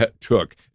took